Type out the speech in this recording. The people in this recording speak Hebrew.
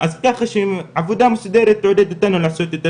אז ככה שעבודה מסודרת מעודדת אותנו לעשות יותר